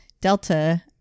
Delta